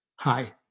Hi